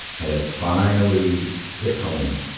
had had finally hit home.